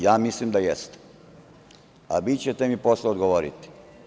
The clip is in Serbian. Ja mislim da jeste, a vi ćete mi posle odgovoriti.